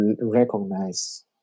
recognize